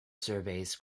surveys